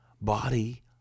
body